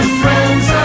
friends